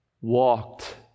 walked